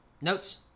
Notes